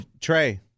Trey